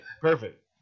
Perfect